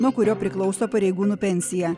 nuo kurio priklauso pareigūnų pensija